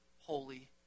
holy